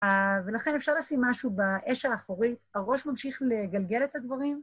ולכן אפשר לשים משהו באש האחורית, הראש ממשיך לגלגל את הדברים.